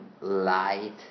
light